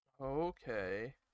Okay